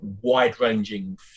wide-ranging